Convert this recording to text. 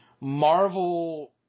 Marvel